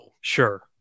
Sure